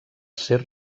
ser